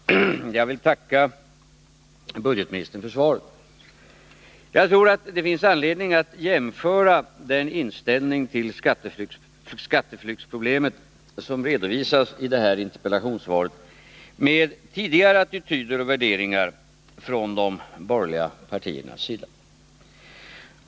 Fru talman! Jag vill tacka ekonomioch budgetministern för svaret. Jag tror att det finns anledning att jämföra den inställning till skatteflyktsproblemet som redovisas i det här interpellationssvaret med tidigare attityder och värderingar från de borgerliga partiernas sida.